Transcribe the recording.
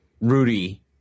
Rudy